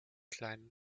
kleinen